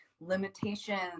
limitations